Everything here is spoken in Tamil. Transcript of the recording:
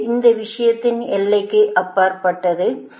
இது இந்த விஷயத்தின் எல்லைக்கு அப்பாற்பட்டது